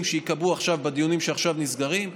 שייקבעו עכשיו בדיונים שעכשיו נסגרים,